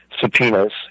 subpoenas